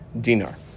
dinar